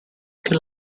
che